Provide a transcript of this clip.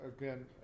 again